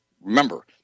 remember